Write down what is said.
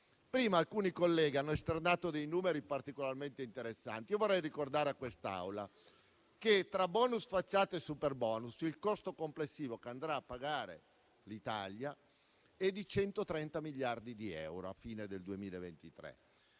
Prima alcuni colleghi hanno esternato dei numeri particolarmente interessanti. Vorrei ricordare a quest'Aula che, tra bonus facciate e superbonus, il costo complessivo che andrà a pagare l'Italia è di 130 miliardi di euro a fine 2023.